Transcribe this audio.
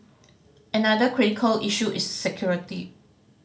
another critical issue is security